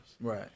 right